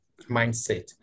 mindset